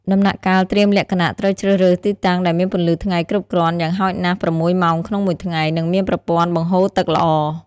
ដំណាក់កាលត្រៀមលក្ខណៈ ត្រូវជ្រើសរើសទីតាំងដែលមានពន្លឺថ្ងៃគ្រប់គ្រាន់ យ៉ាងហោចណាស់ ៦ ម៉ោងក្នុងមួយថ្ងៃ និងមានប្រព័ន្ធបង្ហូរទឹកល្អ។